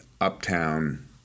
uptown